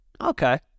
Okay